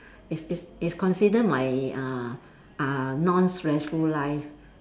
it's it's it's consider my uh uh non stressful life